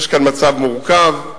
יש כאן מצב מורכב,